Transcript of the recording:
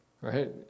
Right